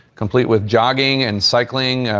complete with jogging and cycling,